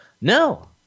no